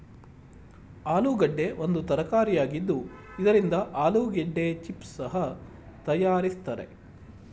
ಆಲೂಗೆಡ್ಡೆ ಒಂದು ತರಕಾರಿಯಾಗಿದ್ದು ಇದರಿಂದ ಆಲೂಗೆಡ್ಡೆ ಚಿಪ್ಸ್ ಸಹ ತರಯಾರಿಸ್ತರೆ